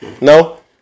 No